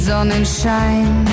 Sonnenschein